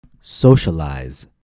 socialize